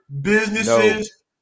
businesses